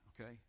okay